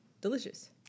Delicious